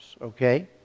okay